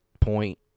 point